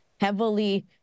heavily